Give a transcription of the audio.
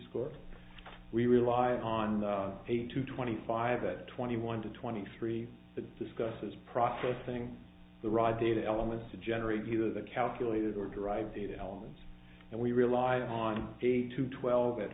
score we rely on the eight to twenty five the twenty one to twenty three that discusses processing the raw data elements to generate either the calculated or derived data elements and we rely on eight to twelve at